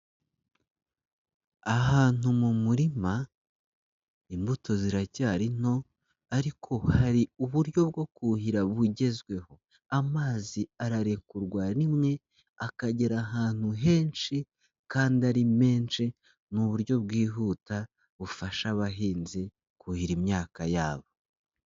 Ahantu mu murima, imbuto ziracyari nto ariko hari uburyo bwo kuhira bugezweho, amazi ararekurwa rimwe, akagera ahantu henshi kandi ari menshi muburyo bwihuta, bufasha abahinzi, kuhira imyaka yabo.